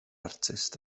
artist